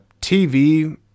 TV